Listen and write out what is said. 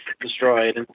destroyed